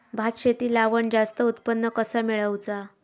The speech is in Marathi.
भात शेती लावण जास्त उत्पन्न कसा मेळवचा?